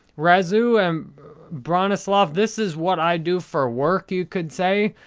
razoo and branislav, this is what i do for work, you could say,